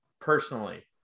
personally